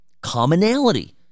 Commonality